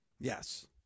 Yes